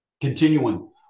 Continuing